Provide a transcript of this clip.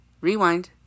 Rewind